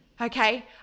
okay